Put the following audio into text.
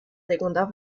segunda